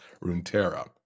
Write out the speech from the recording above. Runeterra